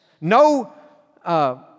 no